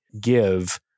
give